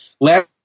last